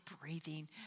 breathing